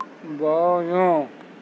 بایاں